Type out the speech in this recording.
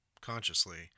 consciously